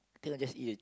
I think I'll just eat